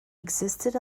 existed